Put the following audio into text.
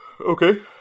Okay